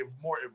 more